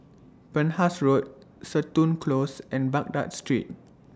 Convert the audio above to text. Penhas Road Seton Close and Baghdad Street